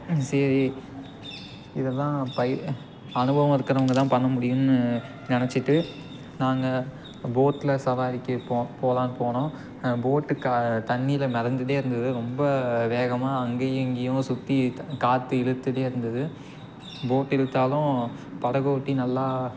அ சரி இது தான் ப அனுபவம் இருக்கிறவங்க தான் பண்ண முடியும்னு நினைச்சிட்டு நாங்கள் போட்டில் சவாரிக்கு போக போகலான்னு போனோம் போட்டு க தண்ணியில் மிதந்துட்டே இருந்தது ரொம்ப வேகமாக அங்கேயும் இங்கேயும் சுற்றி காற்று இழுத்துட்டே இருந்தது போட் இழுத்தாலும் படகோட்டி நல்லா